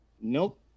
nope